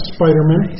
Spider-Man